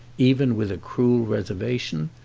even with a cruel reservation,